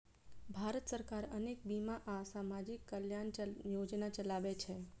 भारत सरकार अनेक बीमा आ सामाजिक कल्याण योजना चलाबै छै